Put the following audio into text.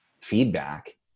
feedback